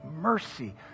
mercy